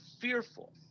fearful